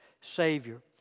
savior